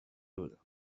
بودم